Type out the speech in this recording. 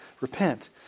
repent